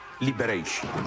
liberation